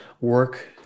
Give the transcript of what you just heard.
work